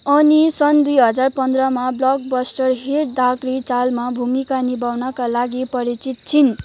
उनी सन् दुई हजार पन्ध्रमा ब्लकबस्टर हिट दागडी चालमा भूमिका निभाउनका लागि परिचित छिन्